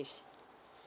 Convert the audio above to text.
is